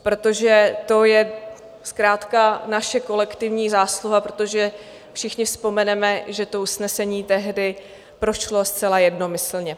Protože to je zkrátka naše kolektivní zásluha, protože všichni vzpomeneme, že to usnesení tehdy prošlo zcela jednomyslně.